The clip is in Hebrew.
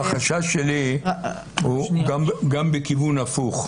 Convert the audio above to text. החשש שלי הוא גם בכיוון הפוך.